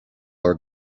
are